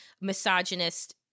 misogynist